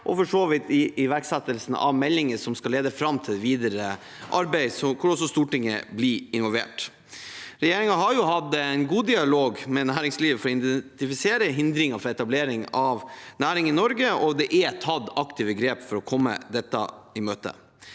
og for så vidt i iverksettelsen av meldinger som skal lede fram til videre arbeid, hvor også Stortinget blir involvert. Regjeringen har hatt en god dialog med næringslivet for å identifisere hindringer for etablering av næring i Norge, og det er tatt aktive grep for å komme dette i møte.